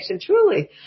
truly